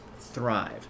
thrive